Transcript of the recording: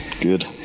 good